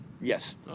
yes